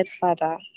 Father